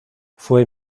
fue